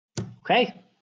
Okay